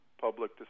public